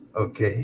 okay